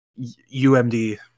UMD